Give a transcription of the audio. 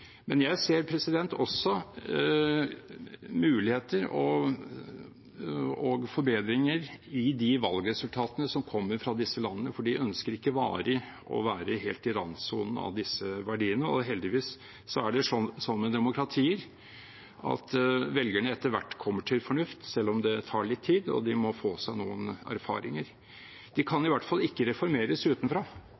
Men jeg ser også muligheter og forbedringer i de valgresultatene som kommer fra disse landene, for de ønsker ikke varig å være helt i randsonen av disse verdiene. Heldigvis er det sånn med demokratier at velgerne etter hvert kommer til fornuft, selv om det tar litt tid og de må få seg noen erfaringer. De kan